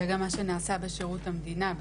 זה גם מה שנעשה בשירות המדינה.